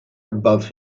above